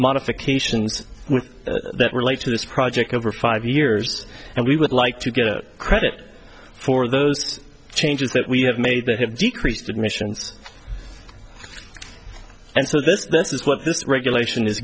modifications that relate to this project over five years and we would like to get credit for those changes that we have made that have decreased emissions and so this is what this regulation is